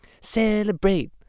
celebrate